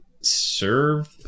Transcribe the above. serve